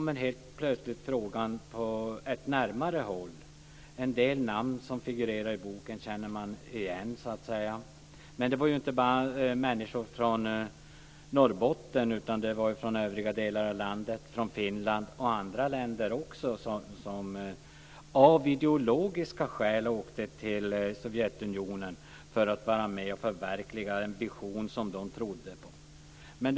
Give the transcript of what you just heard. En del namn som figurerar i boken känner jag igen. Men det var inte bara människor från Norrbotten, utan det var också människor från övriga delar av landet, från Finland och från andra länder som av ideologiska skäl åkte till Sovjetunionen för att vara med och förverkliga en vision som de trodde på.